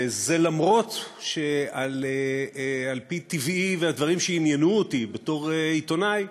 וזה למרות העובדה שעל-פי טבעי והדברים שעניינו אותי בתור עיתונאי,